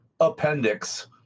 appendix